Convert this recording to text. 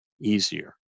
easier